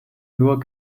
nur